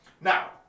Now